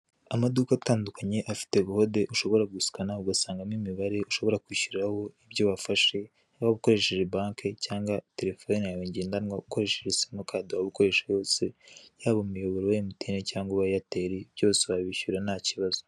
Amaduka atandukanye afite kode ushobora gusikana ugasanga mo imibare ushobora kwishyuriraho ibyo wafashe, waba ukoresheje banke cyangwa telefone yawe ngendanwa, ukoresheje simikadi waba ukoresha yose yaba umuyoboro wa emutiyeni cyangwa uwa eyateri byose urabishyura ntakibazo.